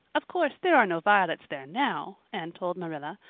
of course there are no violets there now, anne told marilla,